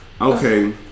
Okay